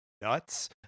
nuts